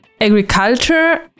agriculture